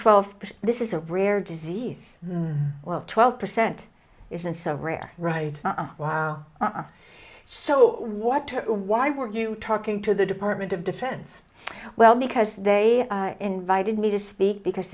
twelve this is a rare disease well twelve percent isn't so rare right now wow our so what why were you talking to the department of defense well because they invited me to speak because